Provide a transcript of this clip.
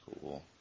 cool